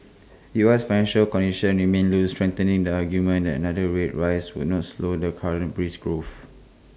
U S financial conditions remain loose strengthening the argument that another rate rise would not slow the current brisk growth